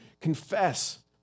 confess